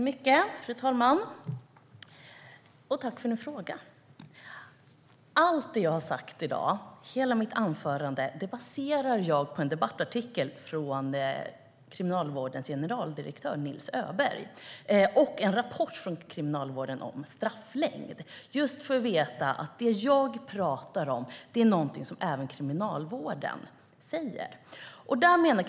Fru talman! Tack för frågan! Allt det som jag har sagt i dag, hela mitt anförande, baserar jag på en debattartikel av Kriminalvårdens generaldirektör Nils Öberg och en rapport från Kriminalvården om strafflängd. Det som jag pratar om är någonting som även Kriminalvården säger.